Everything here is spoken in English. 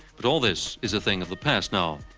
but all this is a thing of the past now.